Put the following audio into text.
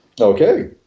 Okay